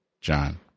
John